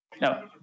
no